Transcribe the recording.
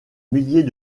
milliers